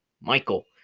Michael